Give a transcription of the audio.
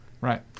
Right